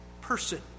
person